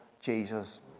Jesus